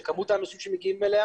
למספר האנשים שמגיעים אליה